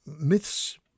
myths